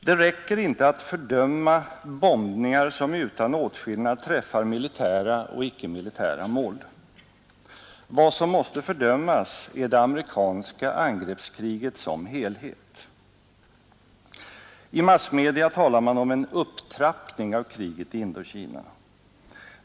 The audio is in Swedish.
Det räcker inte att fördöma ”bombningar som utan åtskillnad träffar militära och icke-militära mål”. Vad som måste fördömas är det amerikanska angreppskriget som helhet. I massmedia talar man om en ”upptrappning av kriget i Indokina”.